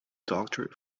doctorate